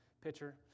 pitcher